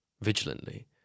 vigilantly